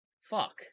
Fuck